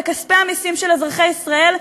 בכספי המסים של אזרחי ישראל,